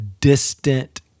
distant